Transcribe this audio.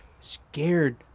Scared